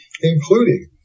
including